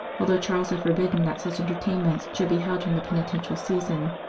although charles had forbidden that such entertainments should be held during the penitential season.